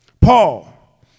Paul